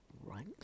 right